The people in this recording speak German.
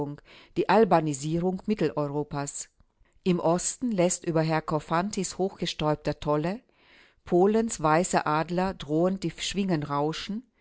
die albanisierung mitteleuropas im osten läßt über herrn korfantys hochgesträubter tolle polens weißer adler drohend die schwingen rauschen